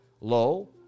Low